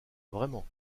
vraiment